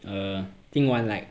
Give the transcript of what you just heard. err 今晚 like